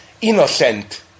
innocent